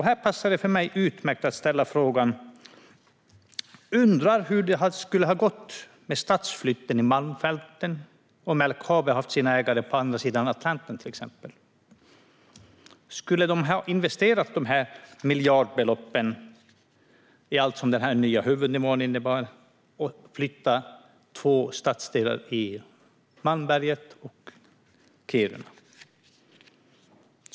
Här passar det för mig utmärkt att ställa frågan: Hur skulle det ha gått med stadsflytten i Malmfälten om LKAB till exempel hade haft sina ägare på andra sidan Atlanten? Skulle de ha investerat dessa miljardbelopp i allt som den nya huvudnivån innebar med att flytta två stadsdelar i Malmberget och Kiruna?